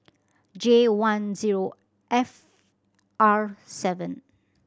J one zero F R seven